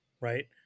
right